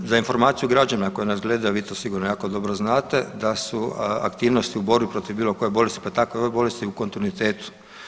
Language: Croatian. Pa za informaciju građanima koji nas gledaju, a vi to sigurno jako dobro znate da su aktivnosti u borbi protiv bilo koje bolesti, pa tako i ove bolesti u kontinuitetu.